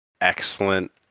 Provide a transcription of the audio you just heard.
Excellent